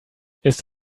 ist